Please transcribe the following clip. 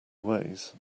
ways